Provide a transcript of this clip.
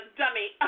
dummy